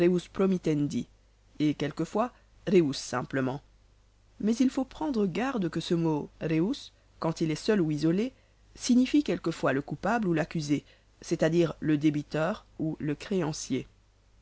et quelquefois reus simplement mais il faut prendre garde que ce mot reus quand il est seul ou isolé signifie quelquefois le coupable ou l'accusé c'est-à-dire le débiteur ou le créancier